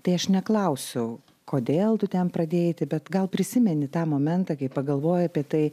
tai aš neklausiau kodėl tu ten pradėjai eiti bet gal prisimeni tą momentą kai pagalvojai apie tai